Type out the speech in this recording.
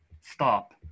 stop